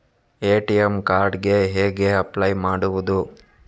ATM card ಗೆ ಹೇಗೆ apply ಮಾಡುವುದು?